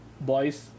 boys